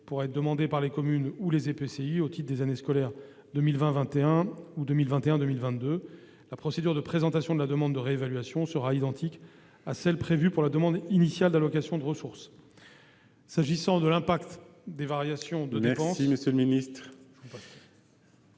pourra être demandée par les communes ou les EPCI au titre des années scolaires 2020-2021 et 2021-2022. La procédure de présentation de la demande de réévaluation sera identique à celle qui est prévue pour la demande initiale d'allocation de ressources. S'agissant de l'impact des variations de dépenses ... Merci, monsieur le ministre